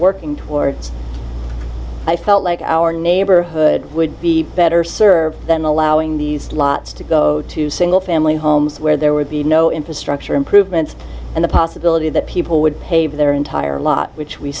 working towards i felt like our neighborhood would be better served then allowing these slots to go to single family homes where there would be no infrastructure improvements and the possibility that people would pay their entire lot which we